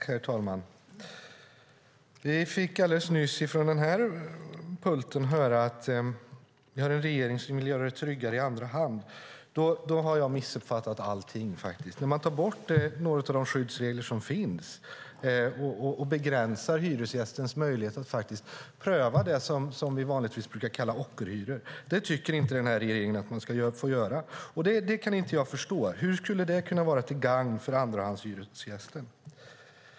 Herr talman! Vi fick alldeles nyss från den här pulten höra att vi har en regering som vill göra det tryggare att hyra i andra hand. Då har jag missuppfattat allting. Regeringen vill ta bort några av de skyddsregler som finns och tycker inte att hyresgästen ska ha möjlighet att pröva det som vi vanligtvis brukar kalla för ockerhyror. Jag kan inte förstå hur det skulle kunna vara till gagn för andrahandshyresgästen.